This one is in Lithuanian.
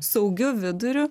saugiu viduriu